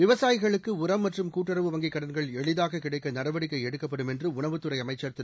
விவசாயிகளுக்கு உரம் மற்றும் கூட்டுறவு வங்கிக் கடன்கள் எளிதாக கிடைக்க நடவடிக்கை எடுக்கப்படும் என்று உணவுத் துறை அமைச்சர் திரு